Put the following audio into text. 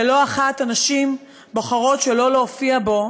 ולא אחת הנשים בוחרות שלא להופיע בו